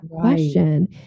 question